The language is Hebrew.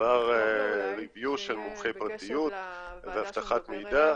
עבר ביקורת של מומחה פרטיות ואבטחת מידע.